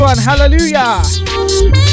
Hallelujah